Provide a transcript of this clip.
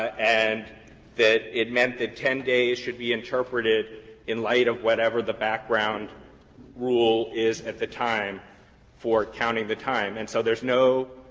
and that it meant that ten days should be interpreted in light of whatever the background rule is at the time for counting the time. and so there's no